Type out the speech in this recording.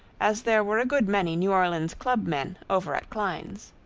as there were a good many new orleans club men over at klein's.